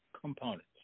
components